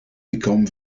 become